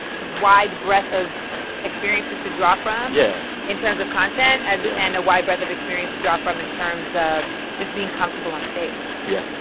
wide breadth of experiences to draw from yeah in terms of content yeah and a wide breadth of experience to draw from in terms of just being comfortable onstage yeah,